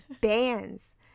bands